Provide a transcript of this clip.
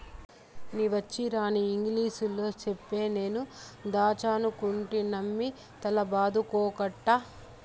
నీ వచ్చీరాని ఇంగిలీసులో చెప్తే నేను దాచ్చనుకుంటినమ్మి తల బాదుకోకట్టా